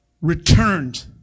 returned